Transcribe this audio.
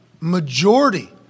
majority